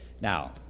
Now